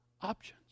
options